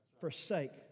forsake